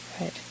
right